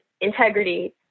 integrity